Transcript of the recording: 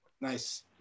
Nice